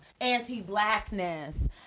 anti-blackness